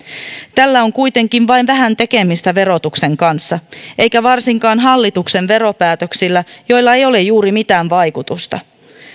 tällä on kuitenkin vain vähän tekemistä verotuksen kanssa eikä varsinkaan hallituksen veropäätöksillä joilla ei ole juuri mitään vaikutusta